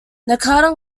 nakata